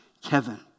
Kevin